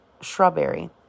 shrubbery